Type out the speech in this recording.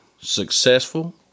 successful